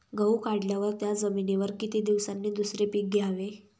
गहू काढल्यावर त्या जमिनीवर किती दिवसांनी दुसरे पीक घ्यावे?